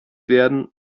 werden